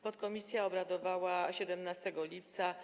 Podkomisja obradowała 17 lipca